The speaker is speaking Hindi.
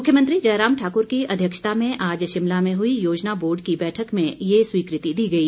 मुख्यमंत्री जयराम ठाकुर की अध्यक्षता में आज शिमला में हुई योजना बोर्ड की बैठक में ये स्वीकृति दी गई